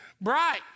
bright